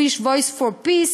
Jewish Voice for Peace,